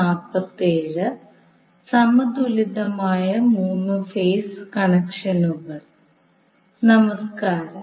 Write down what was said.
നമസ്കാരം